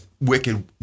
wicked